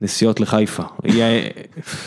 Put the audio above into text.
נסיעות לחיפה.